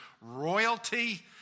royalty